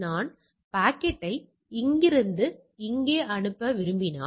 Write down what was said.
நான் பாக்கெட்டை இங்கிருந்து இங்கே அனுப்ப விரும்பினால்